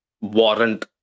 warrant